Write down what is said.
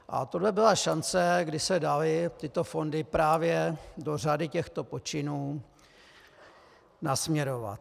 A tohle byla šance, kdy se daly tyto fondy právě do řady těchto počinů nasměrovat.